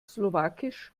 slowakisch